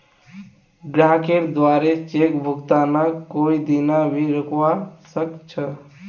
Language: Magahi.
ग्राहकेर द्वारे चेक भुगतानक कोई दीना भी रोकवा सख छ